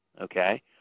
Okay